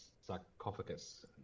sarcophagus